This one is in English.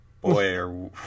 boy